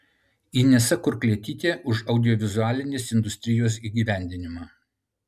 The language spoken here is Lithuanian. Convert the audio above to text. inesa kurklietytė už audiovizualinės industrijos įgyvendinimą